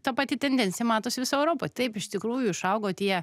ta pati tendencija matosi visoj europoj taip iš tikrųjų išaugo tie